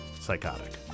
psychotic